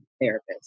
therapist